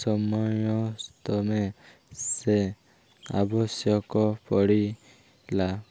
ସମୟ ସେ ଆବଶ୍ୟକ ପଡ଼ିଲା